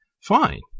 Fine